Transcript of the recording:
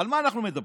על מה אנחנו מדברים?